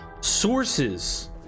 Sources